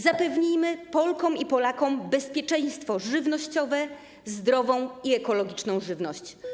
Zapewnijmy Polkom i Polakom bezpieczeństwo żywnościowe, zdrową i ekologiczną żywność.